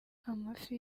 amafi